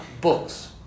books